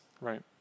Right